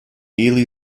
ely